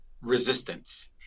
resistance